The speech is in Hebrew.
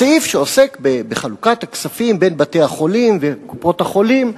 סעיף שעוסק בחלוקת הכספים בין בתי-החולים וקופות-החולים,